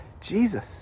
Jesus